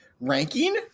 ranking